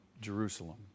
Jerusalem